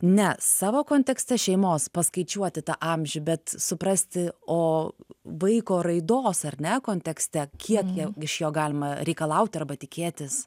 ne savo kontekste šeimos paskaičiuoti tą amžių bet suprasti o vaiko raidos ar ne kontekste kiek jie iš jo galima reikalauti tikėtis